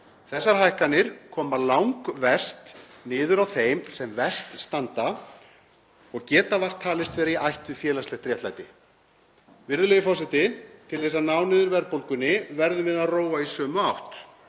Þessar hækkanir koma langverst niður á þeim sem verst standa og geta vart talist vera í ætt við félagslegt réttlæti. Virðulegur forseti. Til að ná niður verðbólgunni verðum við að róa í sömu átt.